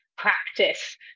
practice